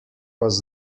was